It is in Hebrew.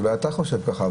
אולי אתה חושב ככה,